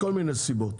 מכל מיני סיבות.